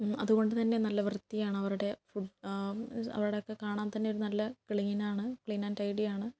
അതുകൊണ്ട് തന്നെ നല്ല വൃത്തിയാണവരുടെ ഫുഡ് അവിടെയൊക്കെ കാണാൻ തന്നെ ഒരു നല്ല ക്ലീനാണ് ക്ലീൻ ആൻഡ് ടൈഡി ആണ്